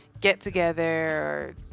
get-together